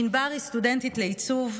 ענבר היא סטודנטית לעיצוב,